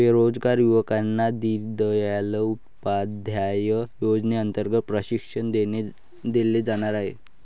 बेरोजगार युवकांना दीनदयाल उपाध्याय योजनेअंतर्गत प्रशिक्षण दिले जाणार आहे